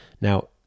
Now